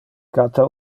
cata